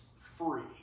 free